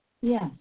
Yes